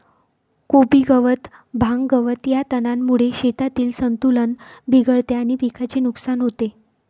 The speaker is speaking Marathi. कोबी गवत, भांग, गवत या तणांमुळे शेतातील संतुलन बिघडते आणि पिकाचे नुकसान होते